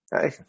hey